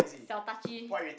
siao touchy